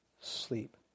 sleep